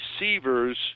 receivers